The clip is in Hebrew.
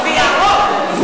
אני לא מבין.